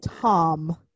Tom